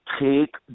take